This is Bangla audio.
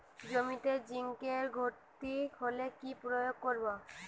জমিতে জিঙ্কের ঘাটতি হলে কি প্রয়োগ করব?